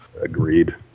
Agreed